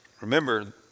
remember